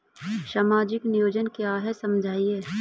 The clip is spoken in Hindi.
सामाजिक नियोजन क्या है समझाइए?